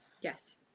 Yes